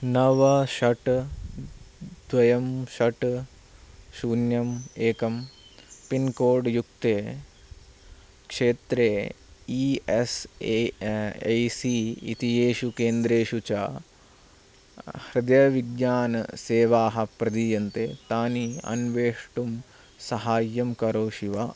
नव षट् द्वे षट् शून्यम् एकं पिन्कोड् युक्ते क्षेत्रे E S A I C इति येषु केन्द्रेषु च हृदयविज्ञानसेवा प्रदीयन्ते तानि अन्वेष्टुं सहाय्यं करोषि वा